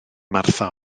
martha